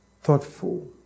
thoughtful